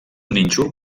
nínxol